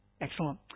Excellent